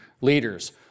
leaders